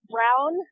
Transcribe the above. Brown